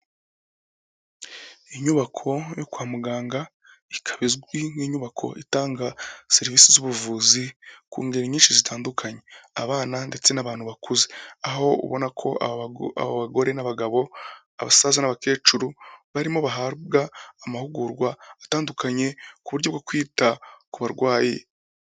Inyubako yo kwa muganga ikaba izwi nk'inyubako itanga serivisi z'ubuvuzi ku ngeri nyinshi zitandukanye, abana ndetse n'abantu bakuze, aho ubona ko abagore n'abagabo, abasaza n'abakecuru, barimo bahabwa amahugurwa atandukanye ku buryo bwo kwita ku barwayi.